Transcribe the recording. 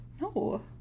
No